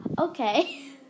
Okay